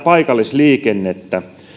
paikallisliikennettä